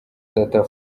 data